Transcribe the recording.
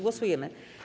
Głosujemy.